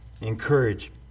encourage